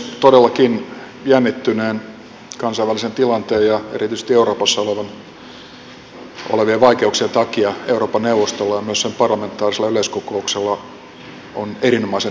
todellakin jännittyneen kansainvälisen tilanteen ja erityisesti euroopassa olevien vaikeuksien takia euroopan neuvostolla ja myös sen parlamentaarisella yleiskokouksella on erinomaisen tärkeä tehtävä